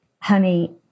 honey